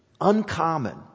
uncommon